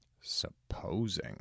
Supposing